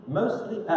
mostly